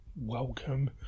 welcome